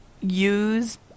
use